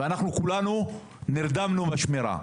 ואנחנו כולנו נרדמנו בשמירה.